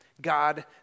God